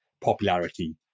popularity